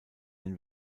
den